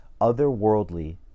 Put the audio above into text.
otherworldly